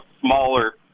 smaller